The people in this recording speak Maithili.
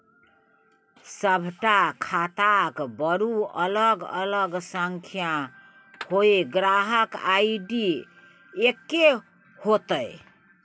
सभटा खाताक बरू अलग अलग संख्या होए ग्राहक आई.डी एक्के हेतै